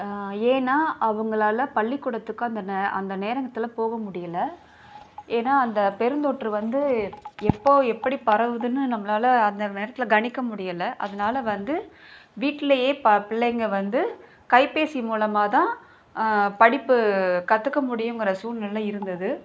ஏன்னா அவங்களால பள்ளிக்கூடத்துக்கு அந்த நே அந்த நேரத்தில் போக முடியல ஏன்னா அந்த பெருந்தொற்று வந்து எப்போ எப்படி பரவுதுனு நம்மளால் அந்த நேரத்தில் கணிக்க முடியல அதனால் வந்து வீட்லையே ப பிள்ளைங்கள் வந்து கைபேசி மூலமாகதான் படிப்பு கற்றுக்க முடியுங்கிற சூழ்நிலை இருந்தது